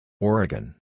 Oregon